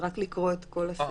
רק לקרוא את כל הסעיף.